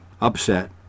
upset